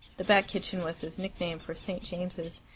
the back kitchen was his nickname for st. james's,